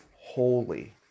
holy